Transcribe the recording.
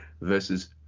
versus